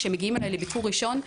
כשהם מגיעים אליי לטיפול ראשון,